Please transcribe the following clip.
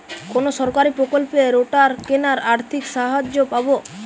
কোন সরকারী প্রকল্পে রোটার কেনার আর্থিক সাহায্য পাব?